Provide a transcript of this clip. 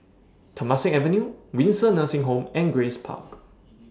Temasek Avenue Windsor Nursing Home and Grace Park